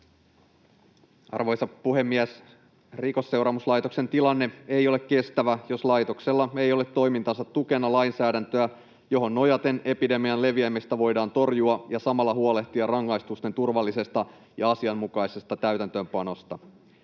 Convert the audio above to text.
Arvoisa puhemies! Rikosseuraamuslaitoksen tilanne ei ole kestävä, jos laitoksella ei ole toimintansa tukena lainsäädäntöä, johon nojaten epidemian leviämistä voidaan torjua ja samalla huolehtia rangaistusten turvallisesta ja asianmukaisesta täytäntöönpanosta.